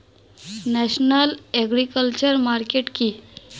National agriculture market কি?